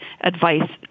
advice